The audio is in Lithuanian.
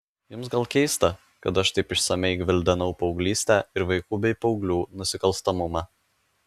jums gal keista kad aš taip išsamiai gvildenau paauglystę ir vaikų bei paauglių nusikalstamumą